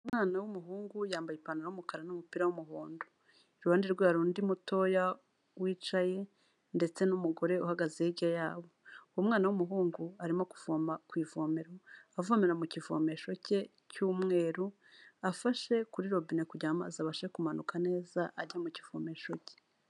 Umwana w'umuhungu yambaye ipantaro y'umukara n'umupira w'umuhondo, iruhande rwe hari undi mutoya wicaye ndetse n'umugore uhagaze hirya yabo, uwo mwana w'umuhungu arimo kuvoma ku ivomero, avomera mu kivomesho cye cy'umweru afashe kuri robine kugira amazi abashe kumanuka neza ajya mu kivomesho cye.